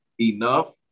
enough